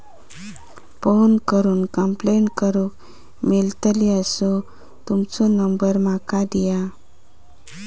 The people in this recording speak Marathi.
फोन करून कंप्लेंट करूक मेलतली असो तुमचो नंबर माका दिया?